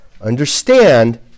Understand